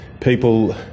people